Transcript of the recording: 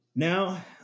Now